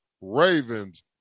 Ravens